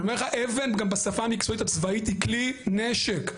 אבן גם בשפה המקצועית הצבאית היא כלי נשק,